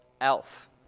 Elf